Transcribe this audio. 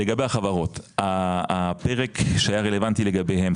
לגבי החברות הפרק שהיה רלוונטי לגביהם,